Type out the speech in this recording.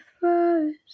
first